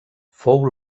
fou